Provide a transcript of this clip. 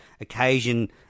occasion